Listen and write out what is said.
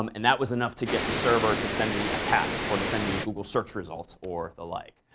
um and that was enough to get the server to send me a cat or to send me google search results or the like.